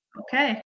Okay